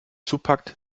zupackt